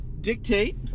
dictate